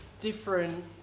different